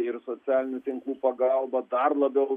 ir socialinių tinklų pagalba dar labiau